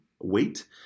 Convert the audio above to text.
weight